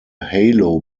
halo